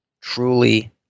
truly